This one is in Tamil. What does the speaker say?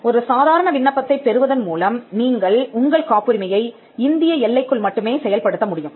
ஒரு சாதாரண விண்ணப்பத்தைப் பெறுவதன் மூலம் நீங்கள் உங்கள் காப்புரிமையை இந்திய எல்லைக்குள் மட்டுமே செயல்படுத்த முடியும்